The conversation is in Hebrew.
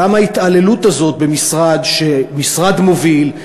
למה ההתעללות במשרד מוביל,